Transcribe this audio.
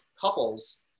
couples